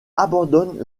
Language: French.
abandonne